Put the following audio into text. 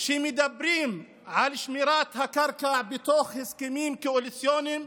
כשמדברים על שמירת הקרקע בתוך הסכמים קואליציוניים,